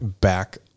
back